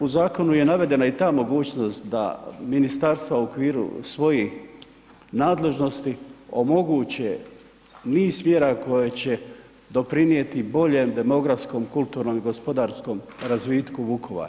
U zakonu je navedena i ta mogućnost da, ministarstva u okviru svojih nadležnosti omoguće niz mjera koje će doprinijeti i boljem demografskom, kulturnom i gospodarskom razvitku Vukovara.